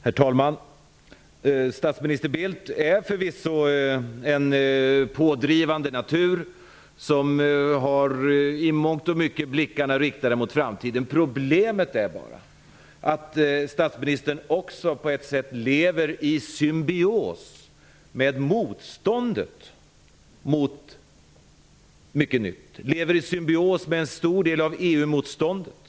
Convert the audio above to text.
Herr talman! Statsminister Bildt är förvisso en pådrivande natur som i mångt och mycket har blickarna riktade mot framtiden. Problemet är att statsministern också på ett sätt lever i symbios med motståndet mot mycket nytt. Carl Bildt lever i symbios med mycket av EU motståndet.